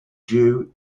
due